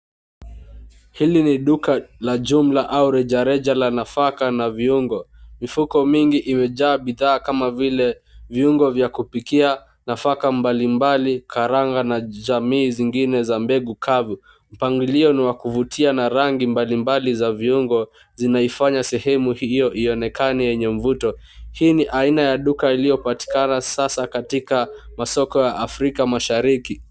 Hili ni duka la jumla au rejareja la nafaka na viungo. Mifuko mingi imejaa bidhaa kama vile viungo vya kupikia, nafaka mbalimbali, karanga na jamii zingine za mbegu kavu. Mpangilio ni wa kuvutia na rangi mbalimbali za viungo zinaifanya sehemu hiyo ionekane yenye mvuto. Hii ni aina ya duka iliyopatikana sasa katika masoko ya Afrika Mashariki.